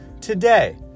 today